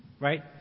Right